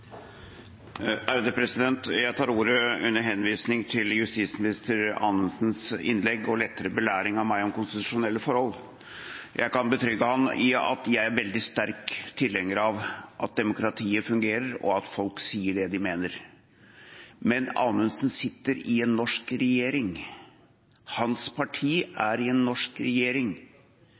Jeg tar ordet under henvisning til justisminister Anundsens innlegg og lettere belæring av meg om konstitusjonelle forhold. Jeg kan betrygge ham med at jeg er veldig sterk tilhenger av at demokratiet fungerer, og at folk sier det de mener. Men Anundsen sitter i en norsk regjering. Hans parti er i en norsk regjering